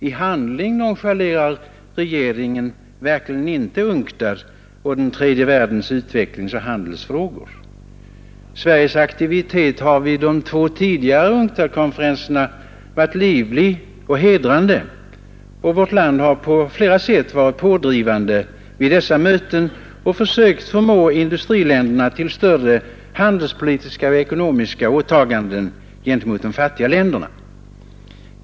I handling nonchalerar regeringen verkligen inte UNCTAD och den tredje världens utvecklingsoch handelsfrågor. Sveriges aktivitet har vid de tidigare två UNCTAD-konferenserna varit livlig och hedrande. Vårt land har på flera sätt varit pådrivande vid dessa möten och sökt förmå industriländerna till större handelspolitiska och ekonomiska åtaganden gentemot de fattiga länderna.